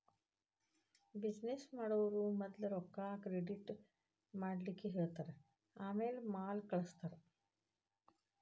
business ಮಾಡೊವ್ರು ಮದ್ಲ ರೊಕ್ಕಾ ಕ್ರೆಡಿಟ್ ಮಾಡ್ಲಿಕ್ಕೆಹೆಳ್ತಾರ ಆಮ್ಯಾಲೆ ಮಾಲ್ ಕಳ್ಸ್ತಾರ